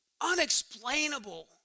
unexplainable